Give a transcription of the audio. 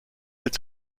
its